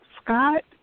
Scott